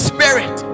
Spirit